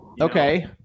Okay